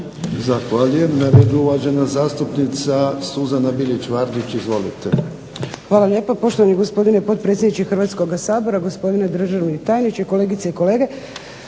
Zahvaljujem. Na redu je uvažena zastupnica Suzana Bilić Vardić. Izvolite. **Bilić Vardić, Suzana (HDZ)** Hvala lijepo. Poštovani gospodine potpredsjedniče Hrvatskoga sabora, gospodine državni tajniče, kolegice i kolege.